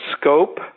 scope